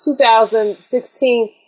2016